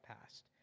past